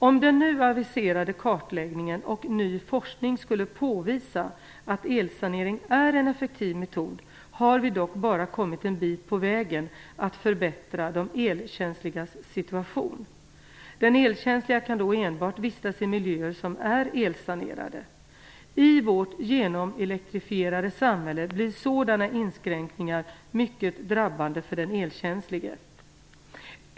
Om den nu aviserade kartläggningen och ny forskning skulle påvisa att elsanering är en effektiv metod, har vi dock bara kommit en bit på vägen att förbättra de elkänsligas situation. De elkänsliga kan då enbart vistas i miljöer som är elsanerade. I vårt genomelektrifierade samhälle blir sådana inskränkningar mycket drabbande för den elkänslige.